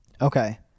Okay